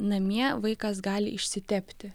namie vaikas gali išsitepti